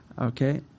okay